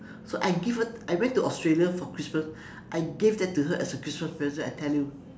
so I give her I went to Australia for christmas I gave that to her as a Christmas present I tell you